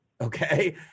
okay